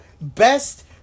best